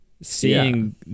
Seeing